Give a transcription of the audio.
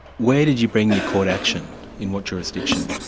where did you bring your court action? in what jurisdiction?